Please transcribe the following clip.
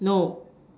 no